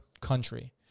country